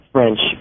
French